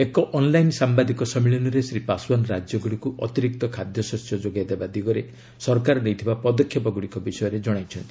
ଏକ ଅନ୍ଲାଇନ୍ ସାମ୍ଘାଦିକ ସମ୍ମିଳନୀରେ ଶ୍ରୀ ପାଶୱାନ୍ ରାଜ୍ୟଗୁଡ଼ିକୁ ଅତିରିକ୍ତ ଖାଦ୍ୟଶସ୍ୟ ଯୋଗାଇ ଦେବା ଦିଗରେ ସରକାର ନେଇଥିବା ପଦକ୍ଷେପଗୁଡ଼ିକ ବିଷୟରେ ଜଣାଇଛନ୍ତି